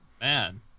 Man